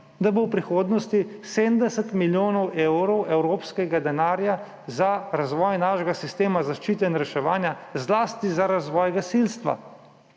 da bo v prihodnosti 70 milijonov evrov evropskega denarja za razvoj našega sistema zaščite in reševanja, zlasti za razvoj gasilstva.